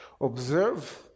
Observe